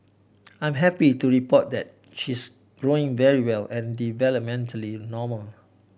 I'm happy to report that she's growing very well and developmentally normal